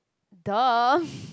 dumb